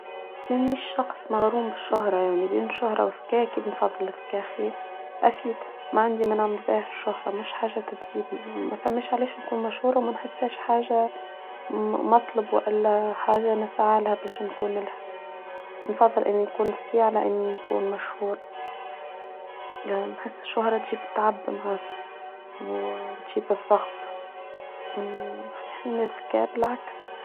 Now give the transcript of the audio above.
مانيش شخص مغروم بالشهرة يعني بين شهرة وذكية أكيد نفضل الذكية أخي أفيد ما عندي منعمل باقي الشهرة مش حاجة تتزيد ما فهميش عليش نكون مشهورة ومنحساش حاجة مطلبة وألا حاجة نسعى لها باش نكون لها نفضل أن يكون ذكية على أن يكون مشهورة يعني نحس الشهرة تجيب التعب معها وتجيب الضغط وفي حين الذكاء بالعكس.